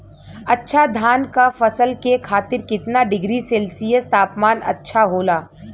अच्छा धान क फसल के खातीर कितना डिग्री सेल्सीयस तापमान अच्छा होला?